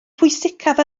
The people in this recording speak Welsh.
pwysicaf